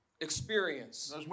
experience